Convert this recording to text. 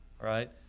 right